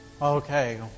Okay